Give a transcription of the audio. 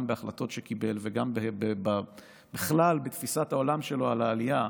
גם בהחלטות שקיבל וגם בכלל בתפיסת העולם שלו על העלייה.